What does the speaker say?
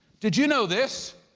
did you know this?